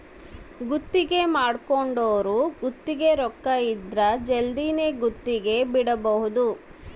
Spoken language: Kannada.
ಗುತ್ತಿಗೆ ಮಾಡ್ಕೊಂದೊರು ಗುತ್ತಿಗೆ ರೊಕ್ಕ ಇದ್ರ ಜಲ್ದಿನೆ ಗುತ್ತಿಗೆ ಬಿಡಬೋದು